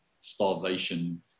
starvation